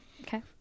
Okay